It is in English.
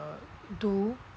uh do